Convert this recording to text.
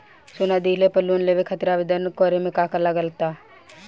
सोना दिहले पर लोन लेवे खातिर आवेदन करे म का का लगा तऽ?